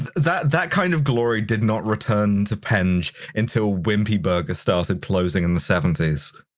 that that kind of glory did not return to penge until wimpy burger started closing in the seventy s.